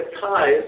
ties